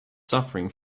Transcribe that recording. suffering